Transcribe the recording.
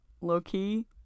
low-key